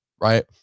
right